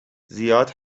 زیاد